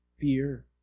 fear